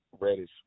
Reddish